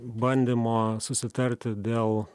bandymo susitarti dėl